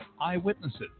eyewitnesses